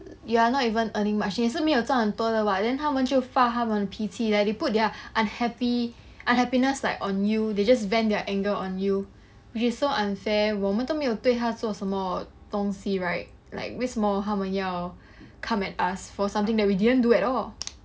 you are not even earning much 你也是没有赚很多的 what then 他们就发他们的脾气 leh they put their unhappy unhappiness like on you they just vent their anger on you which is so unfair 我们都没有对他做什么东西 right like 为什么他们要 come at us for something that we didn't do at all